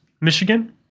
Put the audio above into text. Michigan